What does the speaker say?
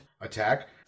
attack